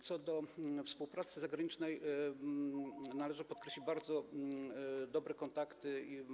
Co do współpracy zagranicznej należy podkreślić bardzo dobre kontakty.